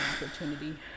opportunity